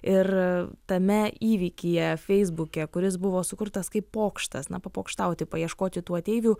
ir tame įvykyje feisbuke kuris buvo sukurtas kaip pokštas na papokštauti paieškoti tų ateivių